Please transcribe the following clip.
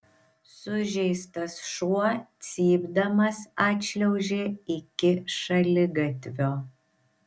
sužeistas šuo cypdamas atšliaužė iki šaligatvio